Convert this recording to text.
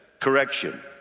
Correction